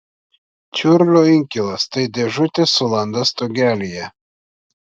čiurlio inkilas tai dėžutė su landa stogelyje